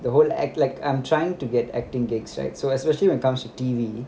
the whole act like I'm trying to get acting gigs right so especially when comes to T_V